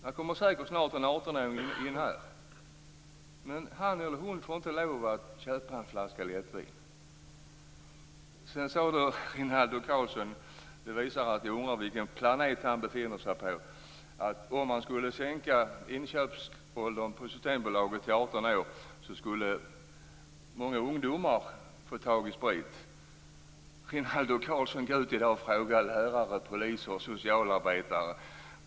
Här kommer säkert snart en artonåring in, men han eller hon får inte lov att köpa en flaska lättvin. Jag undrar vilken planet Rinaldo Karlsson befinner sig på. Han hävdade att om inköpsåldern på Systembolaget skulle sänkas till 18 år, skulle många ungdomar få tag på sprit. Rinaldo Karlsson: Gå ut i dag och fråga lärare, poliser och socialarbetare.